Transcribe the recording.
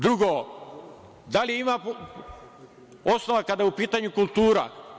Drugo, da li ima osnova, kada je u pitanju kultura?